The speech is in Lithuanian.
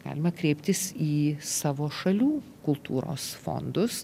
galima kreiptis į savo šalių kultūros fondus